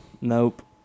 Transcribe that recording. nope